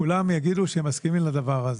כולם יגידו שהם מסכימים לדבר הזה.